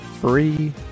free